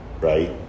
right